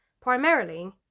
primarily